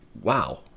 wow